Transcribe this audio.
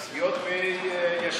וחוזרת להמשך דיון בוועדת הבריאות.